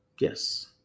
Yes